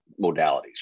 modalities